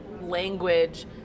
language